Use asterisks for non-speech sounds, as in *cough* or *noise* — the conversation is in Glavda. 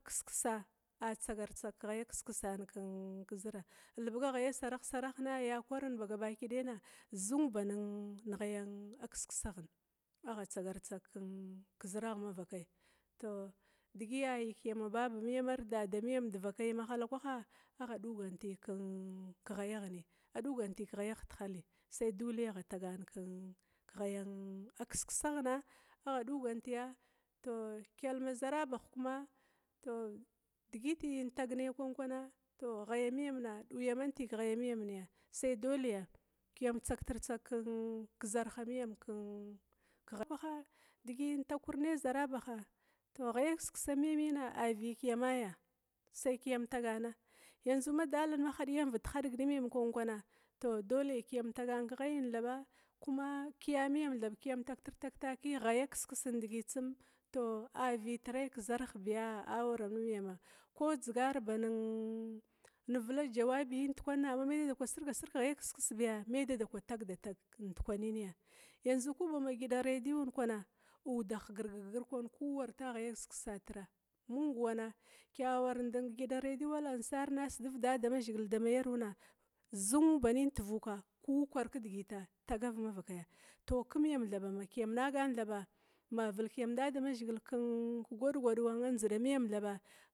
Kiskisa a tsagar tsag keghaya kiskisan kezira, ilbiga ghaya sarah- sarahna ya kwar kwarna zun ban ghaya kiskisaghin agha tsagatsag keziragh mavakai tou digiya yikiyama babahar dedadah mavakaina agha duganti keghayaghi aduganti sai duli agha tagan keghaya kiskisaghna adugantiya tou kyalma zarabah kuma tou digiti intagnai wan kwankwana tou ghayamiyam na duyamanta sai dole kiyam tsagtirtsag kezarhamiyam keghaya, *unintelligible* digi intakwurnai zarabaha ghaya kiskisamiyam sai kiya tagana yanzu ma dughvali kwa hadiyamvit hadiga kwana dole kiyam tagana keghayin thaba kuma yamiyam thab kiyam taghirtag takia ghaya kiskisin tsum, avitraya kezarh biya awaramiyam ko dzigarba vila jawabiyin ndagiba kwanna ma maya dadakw siraasir ghaya kiskis biya, maya dadakwa tagdatag kekwanna bi, yanzu ku bama gidan-redeu kwana udah ba girgagir arta ghaya kiskisatira, mung wanna kyawar nde radio al-ansarna a sidiv damazhigil kwana ma yaruna zun banin kukwar kidi gita tagav mavakaya, tou kumyam thaba ma kiyam nagana thaba ma vilkiyam dadamazhigil ken gwargwado nzida miyam thaba.